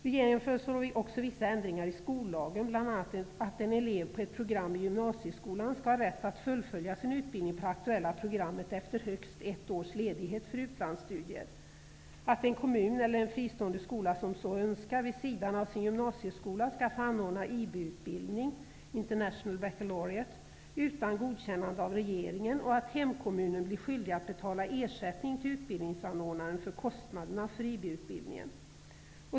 Regeringen föreslår också vissa ändringar i skollagen, bl.a. att en elev på ett program i gymnasieskolan skall ha rätt att fullfölja sin utbildning på det aktuella programmet efter högst ett års ledighet för utlandssutdier. Vidare skall en kommun eller en fristående skola som så önskar vid sidan av den ordinarie gymnasieskolan få anordna IB-utbildning -- International Baccalaureate -- utan godkännande av regeringen, och hemkommunen skall bli skyldig att betala ersättning till utbildningsanordnaren för IB-utbildningen.